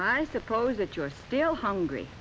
i suppose that you are still hungry